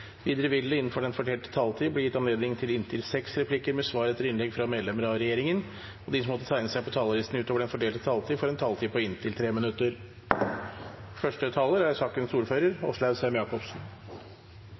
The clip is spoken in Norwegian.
Videre vil det – innenfor den fordelte taletid – bli gitt anledning til inntil seks replikker med svar etter innlegg fra medlemmer av regjeringen, og de som måtte tegne seg på talerlisten utover den fordelte taletid, får også en taletid på inntil 3 minutter.